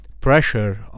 pressure